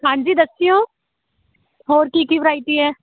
ਹਾਂਜੀ ਦੱਸਿਓ ਹੋਰ ਕੀ ਕੀ ਵਰਾਈਟੀ ਹੈ